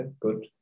good